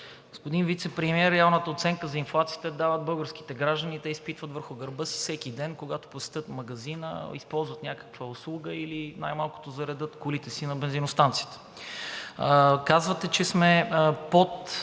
Господин Вицепремиер, реалната оценка за инфлацията я дават българските граждани и те я изпитват върху гърба си всеки ден, когато посетят магазина, използват някаква услуга или най малкото заредят колите си на бензиностанциите. Казвате, че сме под